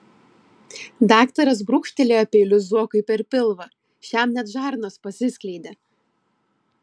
daktaras brūkštelėjo peiliu zuokui per pilvą šiam net žarnos pasiskleidė